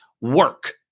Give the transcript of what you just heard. work